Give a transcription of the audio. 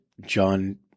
John